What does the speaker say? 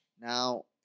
now